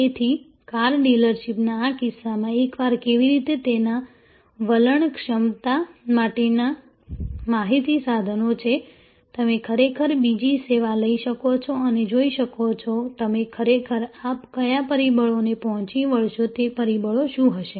તેથી કાર ડીલરશીપના આ કિસ્સામાં એકવાર કેવી રીતે તેના વલણ ક્ષમતા માટેના માહિતી સાધનો છે તમે ખરેખર બીજી સેવા લઈ શકો છો અને જોઈ શકો છો કે તમે ખરેખર આ કયા પરિબળોને પહોંચી વળશો તે પરિબળો શું હશે